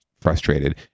frustrated